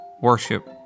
worship